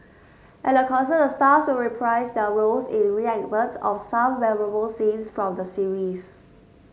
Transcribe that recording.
at the concert the stars will reprise their roles in reenactments of some memorable scenes from the series